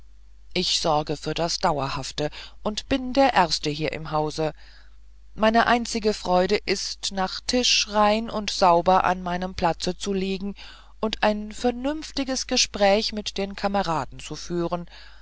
ich sorge für das dauerhafte und bin der erste hier im hause meine einzige freude ist nach tische rein und sauber an meinem platze zu liegen und ein vernünftiges gespräch mit den kameraden zu führen